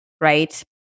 right